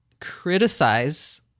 criticize